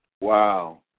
Wow